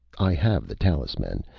i have the talisman!